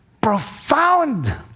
profound